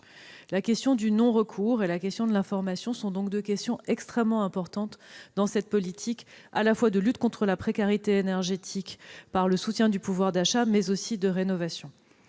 Les questions du non-recours et de l'information sont donc extrêmement importantes dans cette politique, à la fois de lutte contre la précarité énergétique par le soutien du pouvoir d'achat, mais aussi de rénovation.